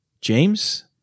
James